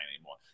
anymore